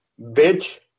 bitch